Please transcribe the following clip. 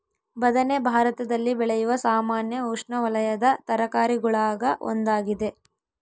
ಬದನೆ ಭಾರತದಲ್ಲಿ ಬೆಳೆಯುವ ಸಾಮಾನ್ಯ ಉಷ್ಣವಲಯದ ತರಕಾರಿಗುಳಾಗ ಒಂದಾಗಿದೆ